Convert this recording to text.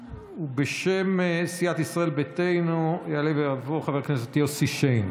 ובשם סיעת ישראל ביתנו יעלה ויבוא חבר הכנסת יוסי שיין.